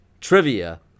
trivia